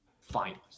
finals